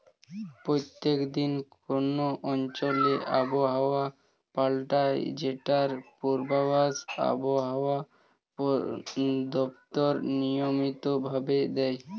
প্রত্যেক দিন কোন অঞ্চলে আবহাওয়া পাল্টায় যেটার পূর্বাভাস আবহাওয়া দপ্তর নিয়মিত ভাবে দেয়